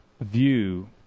view